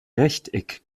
rechteck